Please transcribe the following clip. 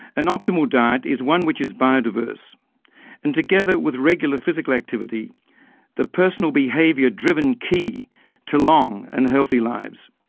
an optimal diet is one which is biodiverse and together with regular physical activity the personal behaviour driven key to long and healthy lives.